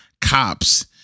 cops